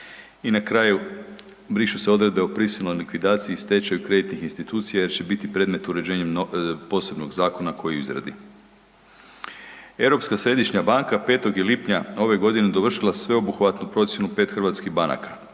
I na kraju, brišu se odredbe o prisilnoj likvidaciji i stečaju kreditnih institucija jer će biti predmet uređenjem posebnog zakona koji je u izradi. Europska središnja banka 5. je lipnja ove godine dovršila sveobuhvatnu procjenu 5 hrvatskih banaka